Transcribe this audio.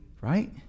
Right